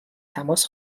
تماس